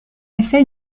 effet